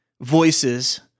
voices